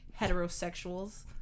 heterosexuals